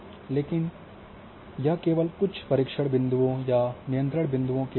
लेकिन यह केवल कुछ परीक्षण बिंदुओं या नियंत्रण बिंदुओं के लिए है